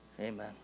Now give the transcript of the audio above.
amen